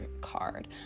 card